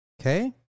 Okay